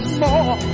more